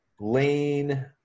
Lane